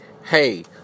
Hey